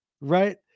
right